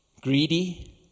greedy